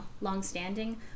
long-standing